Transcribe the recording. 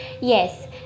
yes